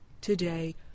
Today